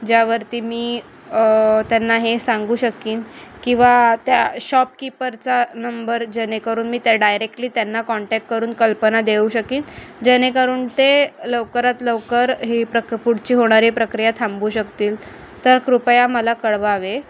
ज्यावरती मी त्यांना हे सांगू शकेन किंवा त्या शॉपकीपरचा नंबर जेणेकरून मी त्या डायरेक्टली त्यांना काँटॅक करून कल्पना देऊ शकेन जेणेकरून ते लवकरात लवकर ही प्रक पुढची होणारी प्रक्रिया थांबवू शकतील तर कृपया मला कळवावे